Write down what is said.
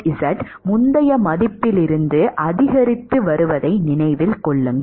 rzz முந்தைய மதிப்பிலிருந்து அதிகரித்து வருவதை நினைவில் கொள்ளுங்கள்